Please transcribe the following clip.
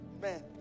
man